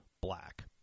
black